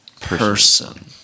person